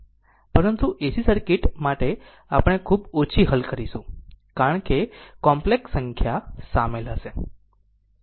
પરંતુ AC circuit માટે આપણે ખૂબ ઓછી હલ કરીશું કારણ કે કોમ્પ્લેક્ષ સંખ્યા શામેલ હશે